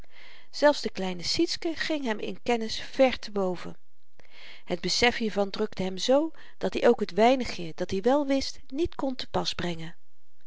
zelfs de kleine sietske ging hem in kennis ver te boven het besef hiervan drukte hem z dat-i ook t weinigje dat-i wèl wist niet kon te pas brengen